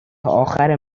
آخر